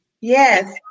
Yes